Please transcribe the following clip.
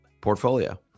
portfolio